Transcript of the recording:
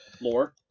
Lore